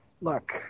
look